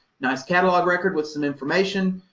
nice catalog record with some information.